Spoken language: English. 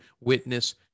witness